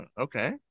Okay